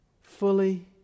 fully